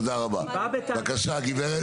היא באה בטענות.